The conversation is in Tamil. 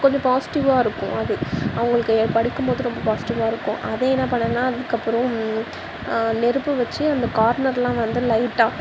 கொஞ்சம் பாசிட்டிவாக இருக்கும் அது அவங்களுக்கு படிக்கும்போது ரொம்ப பாசிட்டிவாக இருக்கும் அதை என்ன பண்ணேன்னா அதுக்கப்புறோம் நெருப்பு வச்சு அந்த கார்னரெலாம் வந்து லைட்டாக